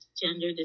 gender